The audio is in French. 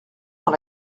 dans